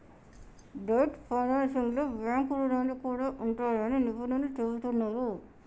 debt ఫైనాన్సింగ్లో bank రుణాలు కూడా ఉంటాయని నిపుణులు చెబుతున్నరు